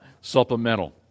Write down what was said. supplemental